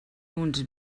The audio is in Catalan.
uns